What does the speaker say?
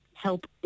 help